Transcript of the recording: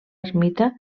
ermita